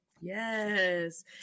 Yes